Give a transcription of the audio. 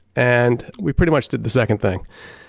and we pretty much did the second thing.